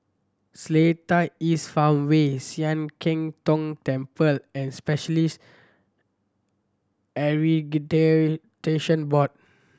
Seletar East Farmway Sian Keng Tong Temple and Specialists Accreditation Board